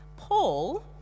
Paul